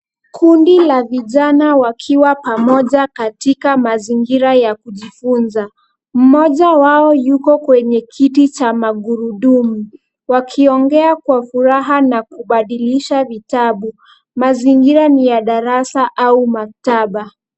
Kundi la vijana wakiwa pamoja katika mazingira ya kujifunza. Mmoja wao yuko kwenye kiti cha magurudumu wakiongea kwa furaha na kubadilisha vitabu. Mazingira ni ya darasa au maktaba.